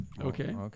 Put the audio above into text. Okay